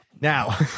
Now